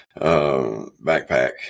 backpack